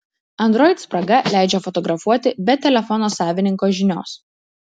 android spraga leidžia fotografuoti be telefono savininko žinios